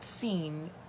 seen